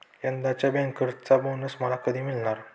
यंदाच्या बँकर्सचा बोनस मला कधी मिळणार?